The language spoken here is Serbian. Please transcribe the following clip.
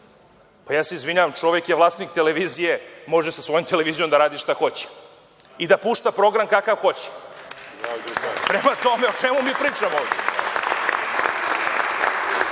Ja se izvinjavam, čovek je vlasnik televizije, može sa svojom televizijom da radi šta hoće i da pušta program kakav hoće. Prema tome, o čemu mi pričamo ovde? Ako